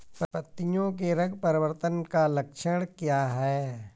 पत्तियों के रंग परिवर्तन का लक्षण क्या है?